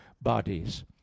bodies